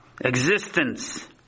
existence